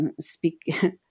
speak